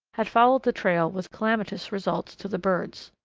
had followed the trail with calamitous results to the birds.